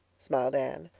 smiled anne.